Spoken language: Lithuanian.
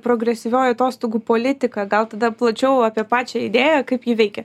progresyvioji atostogų politika gal tada plačiau apie pačią idėją kaip ji veikia